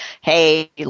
hey